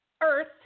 Earth